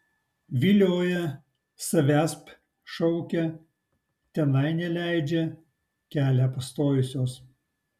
vilioja savęsp šaukia tenai neleidžia kelią pastojusios